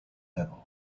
level